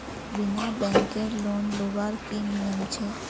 बिना बैंकेर लोन लुबार की नियम छे?